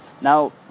Now